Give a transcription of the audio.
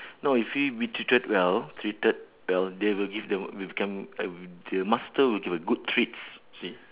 no if we be treated well treated well they will give they will will become uh the master will give a good treats you see